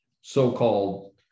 so-called